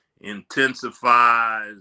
intensifies